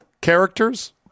characters